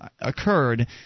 occurred